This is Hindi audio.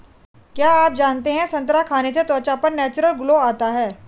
क्या आप जानते है संतरा खाने से त्वचा पर नेचुरल ग्लो आता है?